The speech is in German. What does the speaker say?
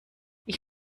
ich